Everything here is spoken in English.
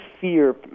fear